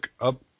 up